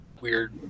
weird